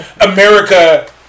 America